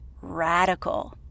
radical